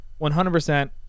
100%